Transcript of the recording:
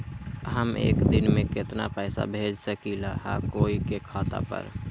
हम एक दिन में केतना पैसा भेज सकली ह कोई के खाता पर?